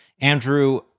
Andrew